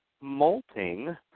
molting